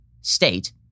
state